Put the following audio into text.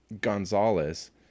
Gonzalez